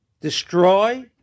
destroy